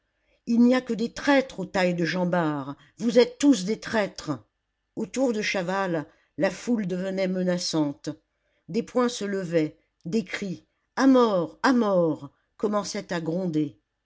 il n'y a que des traîtres aux tailles de jean bart vous êtes tous des traîtres autour de chaval la foule devenait menaçante des poings se levaient des cris a mort à mort commençaient à gronder